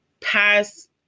past